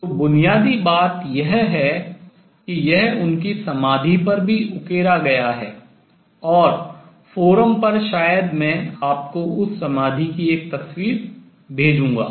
तो बुनियादी बात यह है कि यह उनकी समाधि पर भी उकेरा गया है और forum पर शायद मैं आपको उस समाधि की एक तस्वीर भेजूंगा